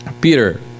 Peter